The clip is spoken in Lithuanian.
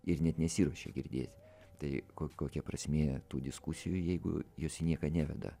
ir net nesiruošia girdėti tai ko kokia prasmė tų diskusijų jeigu jos į nieką neveda